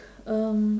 um